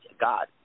God